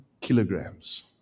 kilograms